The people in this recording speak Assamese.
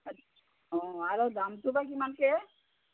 অঁ আৰু দামটো বা কিমানকৈ